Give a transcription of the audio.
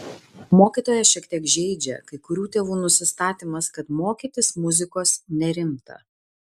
mokytoją šiek tiek žeidžia kai kurių tėvų nusistatymas kad mokytis muzikos nerimta